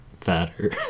fatter